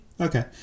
Okay